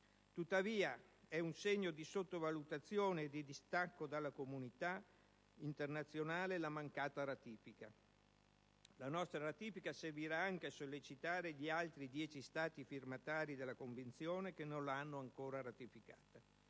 tuttavia è un segno di sottovalutazione e di distacco dalla comunità internazionale la mancata ratifica. La nostra ratifica servirà anche a sollecitare gli altri dieci Stati firmatari della Convenzione che non l'hanno ancora ratificata.